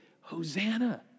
Hosanna